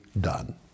done